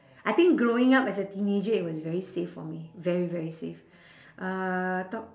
I think growing up as a teenager it was very safe for me very very safe uh talk